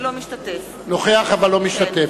אינו משתתף בהצבעה נוכח אבל לא משתתף.